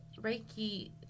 Reiki